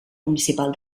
municipal